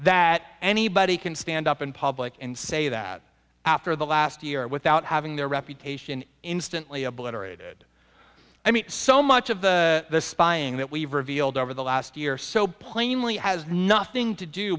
that anybody can stand up in public and say that after the last year without having their reputation instantly obliterated i mean so much of the spying that we've revealed over the last year or so plainly has nothing to do